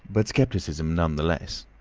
but scepticism nevertheless.